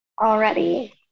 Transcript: already